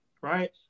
right